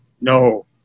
No